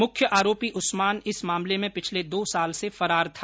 मुख्य आरोपी उस्मान इस मामले में पिछले दो साल से फरार था